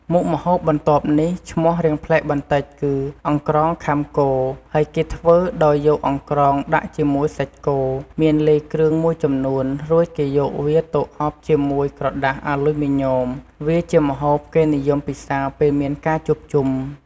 មុខម្ហូបបន្ទាប់នេះ ឈ្មោះរាងប្លែកបន្តិចគឺ អង្រ្កងខាំគោ ហើយគេធ្វើដោយយកអង្រ្កងដាក់ជាមួយសាច់គោ មានលាយគ្រឿងមួយចំនួន រួចគេយកវាទៅអបជាមួយក្រដាសអាលុយមីញ៉ូម។ វាជាម្ហូបគេនិយមពិសាពេលមានការជួបជុំ។